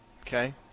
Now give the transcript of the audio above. Okay